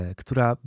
która